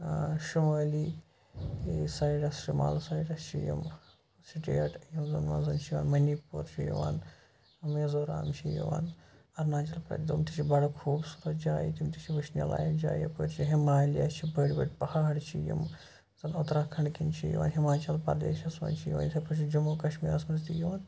شُمٲلی سایڈَس شُمال سایڈَس چھِ یِم سٕٹیٹ یِم زَن منٛزَے چھِ یِوان مٔنی پوٗر چھِ یِوان میٖزورم چھِ یِوان اَرُناچَل پرٛ تٕم تہِ چھِ بَڑٕ خوٗبصوٗرت جایہِ تِم تہِ چھِ وٕچھنہِ لایق جایہِ یَپٲرۍ چھِ ہمالیہ چھِ بٔڑۍ بٔڑۍ پہاڑ چھِ یِم زَن اُتراکھَںٛڈ کِن چھِ یِوان ہماچل پردیشَس منٛز چھِ یِوان یِتھٕے پٲٹھی چھِ جموں کشمیٖرَس منٛز تہِ یِوان